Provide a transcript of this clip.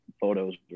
photos